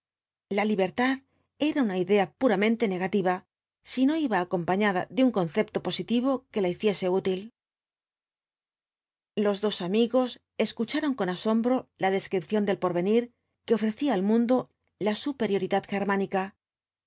la libertad era una idea puramente negativa si no iba acompañada de un concepto positivo que la hiciese útil los dos amigos escucharon con asombro la descripción del porvenir que ofrecía al mundo la superioridad germánica